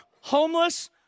homeless